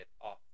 off